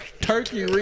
turkey